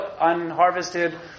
unharvested